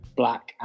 black